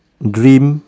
dream